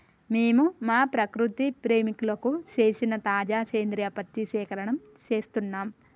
మేము మా ప్రకృతి ప్రేమికులకు సేసిన తాజా సేంద్రియ పత్తి సేకరణం సేస్తున్నం